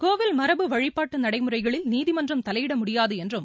கோவில் மரபு வழிபாட்டு நடைமுறைகளில் நீதிமன்றம் தலையிட முடியாது என்றும்